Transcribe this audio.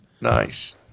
Nice